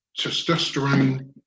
testosterone